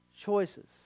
choices